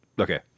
Okay